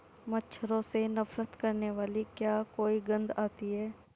मच्छरों से नफरत करने वाली क्या कोई गंध आती है?